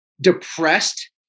depressed